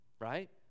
right